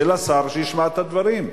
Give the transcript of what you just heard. של השר שישמע את הדברים.